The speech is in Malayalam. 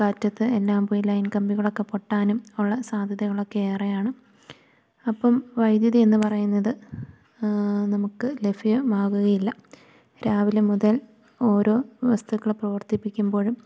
കാറ്റത്ത് എല്ലാം പോയി ലൈൻ കമ്പികളൊക്കെ പൊട്ടാനും ഉള്ള സാധ്യതകളക്കെ ഏറെയാണ് അപ്പം വൈദ്യുതി എന്ന് പറയുന്നത് നമുക്ക് ലഭ്യമാകുകയില്ല രാവിലെ മുതൽ ഓരോ വസ്തുക്കളേ പ്രവർത്തിപ്പിക്കുമ്പോഴും